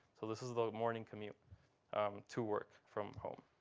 so this is the morning commute to work from home.